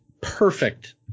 perfect